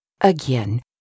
Again